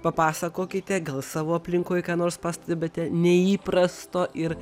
papasakokite gal savo aplinkoj ką nors pastebite neįprasto ir